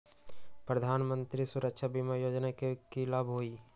प्रधानमंत्री सुरक्षा बीमा योजना के की लाभ हई?